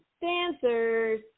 dancers